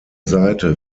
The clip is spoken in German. seite